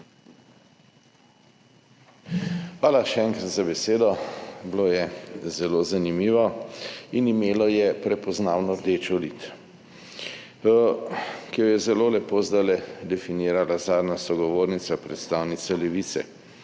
Hvala še enkrat za besedo. Bilo je zelo zanimivo in imelo je prepoznavno rdečo lit, ki jo je zelo lepo zdajle definirala zadnja sogovornica, predstavnica Levice.